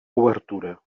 obertura